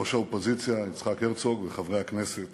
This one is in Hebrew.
ראש האופוזיציה יצחק הרצוג, חברי הכנסת